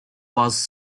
was